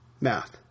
Math